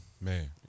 Man